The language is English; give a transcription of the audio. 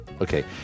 Okay